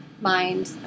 mind